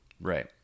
right